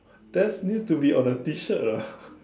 that needs to be on a T-shirt lah